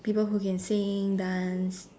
people who can sing dance